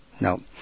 no